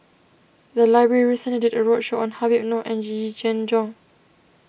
the library recently did a roadshow on Habib Noh and Yee Yee Jenn Jong